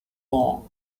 long